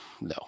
No